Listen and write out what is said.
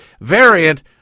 variant